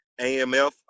amf